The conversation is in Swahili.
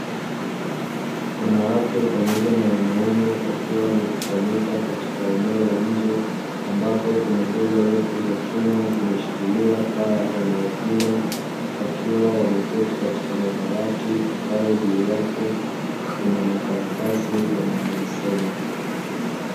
Wanawake pamoja na wanaume wakiwa wamekusanyika katika eneo la nje, ambapo kuna nguzo refu ya chuma zimeshikilia paa ya eneo hilo, wakiwa wameketi katika madawati ambayo juu yake kuna makaratasi wanayoyasoma.